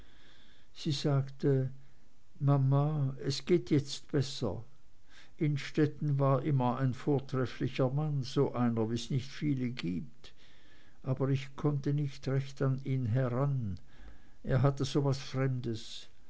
sie sagte mama es geht jetzt besser innstetten war immer ein vortrefflicher mann so einer wie's nicht viele gibt aber ich konnte nicht recht an ihn heran er hatte so was fremdes